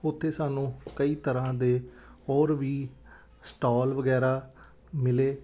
ਉੱਥੇ ਸਾਨੂੰ ਕਈ ਤਰ੍ਹਾਂ ਦੇ ਹੋਰ ਵੀ ਸਟੋਲ ਵਗੈਰਾ ਮਿਲੇ